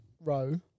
row